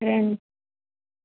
okay అండి